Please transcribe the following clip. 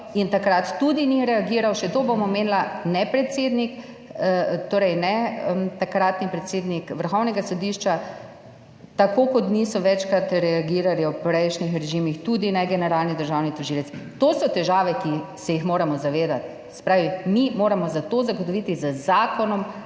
In takrat tudi ni reagiral, še to bom omenila, ne takratni predsednik Vrhovnega sodišča, tako kot večkrat niso reagirali v prejšnjih režimih, tudi ne generalni državni tožilec. To so težave, ki se jih moramo zavedati. Se pravi, mi moramo za to zagotoviti z zakonom